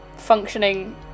functioning